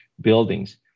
buildings